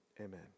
amen